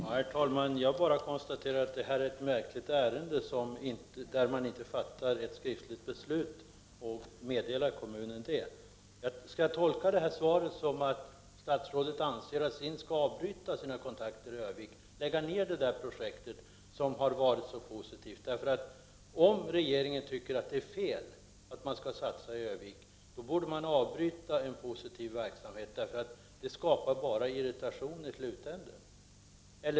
Herr talman! Jag konstaterar bara att detta är ett märkligt ärende, där man inte meddelar kommunen ett skriftligt beslut. Skall jag tolka svaret som att statsrådet anser att SIND skall avbryta sina kontakter i Örnsköldsvik och lägga ner det projekt som har varit så positivt? Om regeringen tycker att det är fel att satsa i Örnsköldsvik, borde man avbryta den positiva verksamheten. Det skapar bara irritation i slutänden.